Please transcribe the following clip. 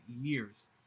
years